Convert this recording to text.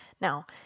Now